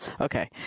Okay